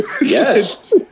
Yes